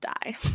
die